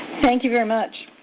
thank you very much.